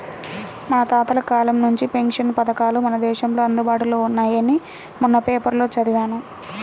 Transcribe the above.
మన తాతల కాలం నుంచే పెన్షన్ పథకాలు మన దేశంలో అందుబాటులో ఉన్నాయని మొన్న పేపర్లో చదివాను